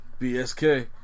BSK